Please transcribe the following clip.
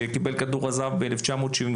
שקיבל את כדור הזהב ב-1975.